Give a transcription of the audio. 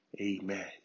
Amen